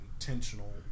intentional